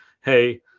hey